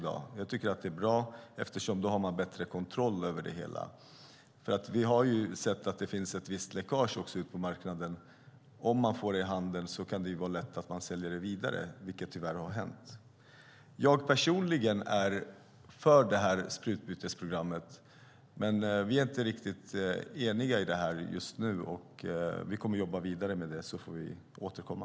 Då har man bättre kontroll över det hela. Vi har också sett att det finns ett visst läckage ut på marknaden. Om man får det i handen kan det lätt hända att man säljer det vidare, vilket tyvärr har hänt. Personligen är jag för sprututbytesprogrammet, men vi är just nu inte eniga i frågan. Vi kommer därför att jobba vidare med den, och så får vi återkomma.